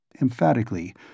Emphatically